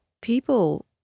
people